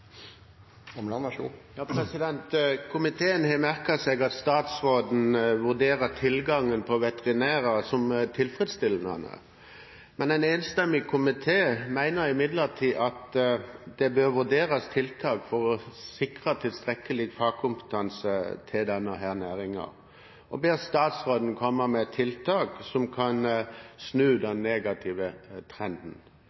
Komiteen har merket seg at statsråden vurderer tilgangen på veterinærer som tilfredsstillende. En enstemmig komité mener imidlertid at det bør vurderes tiltak for å sikre tilstrekkelig fagkompetanse til denne næringen, og ber statsråden komme med tiltak som kan snu den negative trenden.